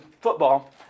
football